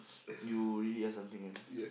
you really are something man